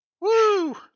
Woo